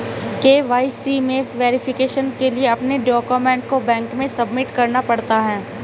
KYC में verification के लिए अपने डाक्यूमेंट को बैंक में सबमिट करना पड़ता है